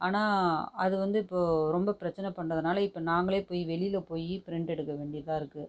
ஆனால் அது வந்து இப்போ ரொம்ப பிரச்சின பண்ணுறதுனால நாங்களே போய் வெளியில் போய் பிரிண்ட் எடுக்க வேண்டியதாக இருக்குது